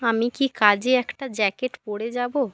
আমি কি কাজে একটা জ্যাকেট পরে যাবো